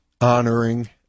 honoring